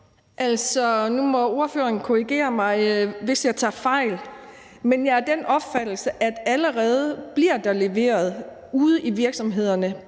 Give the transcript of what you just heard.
Nu må ordføreren korrigere mig, hvis jeg tager fejl, men jeg er af den opfattelse, at der allerede bliver leveret på det her område